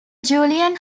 julian